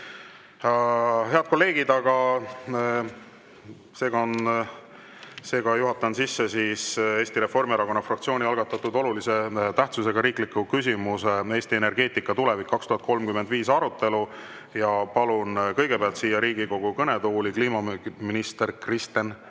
12.Head kolleegid! Juhatan sisse Eesti Reformierakonna fraktsiooni algatatud olulise tähtsusega riikliku küsimuse "Eesti energeetika tulevik 2035" arutelu ja palun kõigepealt siia Riigikogu kõnetooli kliimaminister Kristen